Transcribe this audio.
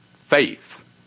faith